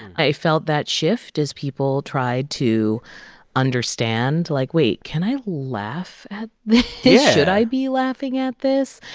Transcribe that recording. i felt that shift as people tried to understand like, wait. can i laugh at this? yeah should i be laughing at this?